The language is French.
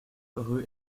rue